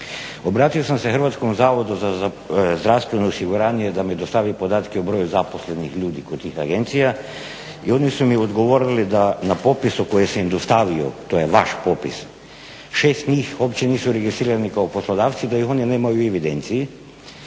Obratio sam se Hrvatskom zavodu za zdravstveno osiguranje da mi dostavi podatke o broju zaposlenih ljudi kod tih agencija i oni su mi odgovorili da na popisu koje sam im dostavio, to je vaš popis šest njih uopće nisu registrirani kao poslodavci da ih oni nemaju u evidenciji,